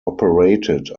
operated